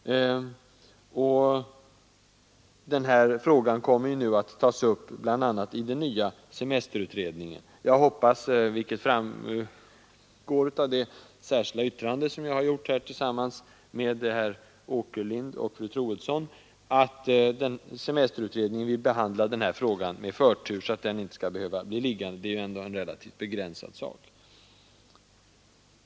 Denna fråga kommer nu att tas upp, bl.a. i den nya semesterutredningen. Som framgår av det särskilda yttrande som jag avgivit tillsammans med herr Åkerlind och fru Troedsson hoppas jag att semesterutredningen skall behandla den med förtur, så att lösningen inte skall behöva dröja länge. Det är ändå en relativt begränsad sak.